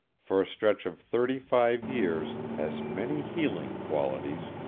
for a stretch of thirty-five years has many healing qualities,